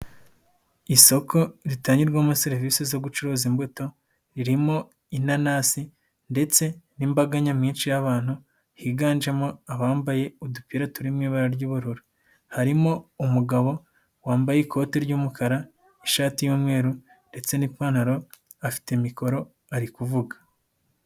Isoko ritangirwamo serivisi zo gucuruza imbuto, ririmo inanasi ndetse n'imbaga nyamwinshi y'abantu higanjemo abambaye udupira turimo ibara ry'ubururu, harimo umugabo wambaye ikoti ry'umukara ishati y'umweru ndetse n'ipantaro afite mikoro ari kuvuga.